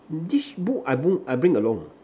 this book I book I bring along